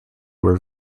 were